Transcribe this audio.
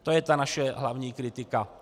To je ta naše hlavní kritika.